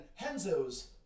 Henzo's